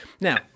Now